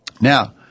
Now